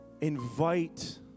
invite